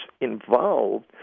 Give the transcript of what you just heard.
involved